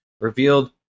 revealed